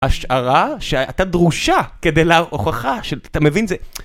השערה שהייתה דרושה כדי... להוכחה... אתה מבין זה.